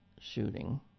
shooting